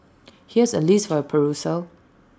here's A list for your perusal